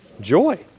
Joy